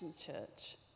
church